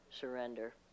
surrender